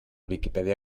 viquipèdia